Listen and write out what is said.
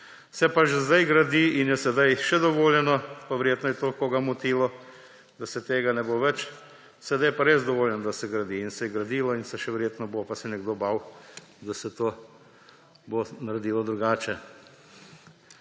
Se pa že zdaj gradi in je sedaj še dovoljeno, pa verjetno je to koga motilo, da tega ne bo več; sedaj je pa res dovoljeno, da se gradi, in se je gradilo in se še verjetno bo, pa se je nekdo bal, da se bo to naredilo drugače.